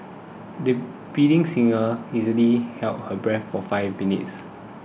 the budding singer easily held her breath for five minutes